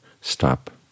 stop